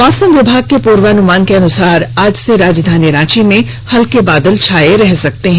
मौसम विभाग के पूर्वानुमान के अनुसार आज से राजधानी रांची में हल्के बादल छाए रह सकते है